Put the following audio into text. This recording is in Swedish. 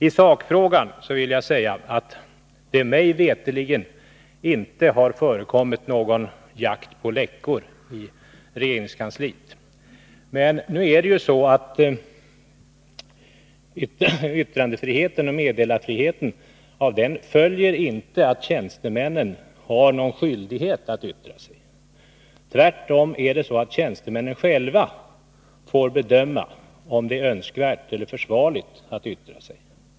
I sakfrågan vill jag säga att det mig veterligen inte har förekommit någon jakt på ”läckor” i regeringskansliet. Men av yttrandefriheten och meddelarskyddet följer inte att tjänstemännen har någon skyldighet att yttra sig. Tvärtom är det så att tjänstemännen själva får bedöma om det är önskvärt eller försvarligt att yttra sig.